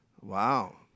Wow